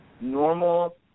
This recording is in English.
normal